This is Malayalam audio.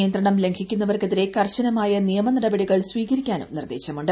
നിയന്ത്രണം ലംഘിക്കുന്നവർക്കെതിരെ കർശനമായ നിയമനടപടികൾ സ്വീകരിക്കാനും നിർദേശമുണ്ട്